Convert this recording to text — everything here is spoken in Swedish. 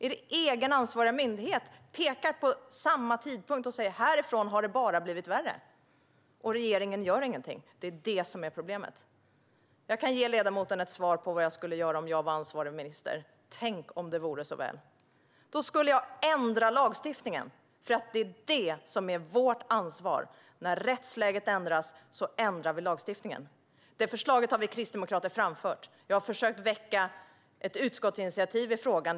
Er egen ansvariga myndighet pekar på samma tidpunkt och säger att det därefter bara har blivit värre. Regeringen gör ingenting - det är det som är problemet. Jag kan ge ledamoten ett svar på vad jag skulle göra om jag var ansvarig minister - tänk om det vore så väl! Då skulle jag ändra lagstiftningen. Det är det som är vårt ansvar. När rättsläget ändras ändrar vi lagstiftningen. Det förslaget har vi kristdemokrater framfört. Vi har försökt att väcka ett utskottsinitiativ i frågan.